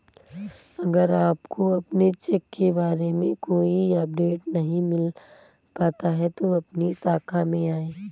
अगर आपको अपने चेक के बारे में कोई अपडेट नहीं मिल पाता है तो अपनी शाखा में आएं